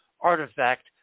artifact